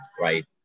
right